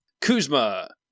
Kuzma